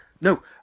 no